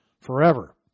forever